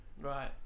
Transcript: Right